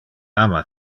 ama